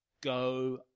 go